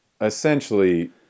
essentially